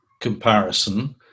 comparison